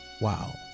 wow